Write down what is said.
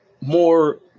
more